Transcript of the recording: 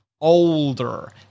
older